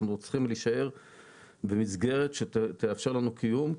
אנחנו צריכים להישאר במסגרת שתאפשר לנו קיום.